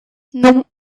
non